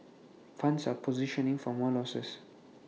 funds are positioning for more losses